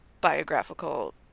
biographical